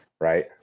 right